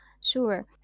Sure